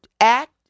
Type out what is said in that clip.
act